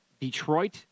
Detroit